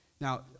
Now